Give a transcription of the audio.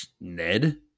Ned